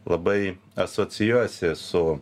labai asocijuojasi su